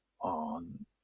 on